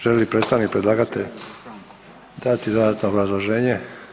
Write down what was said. Želi li predstavnik predlagatelja dati dodatno obrazloženje?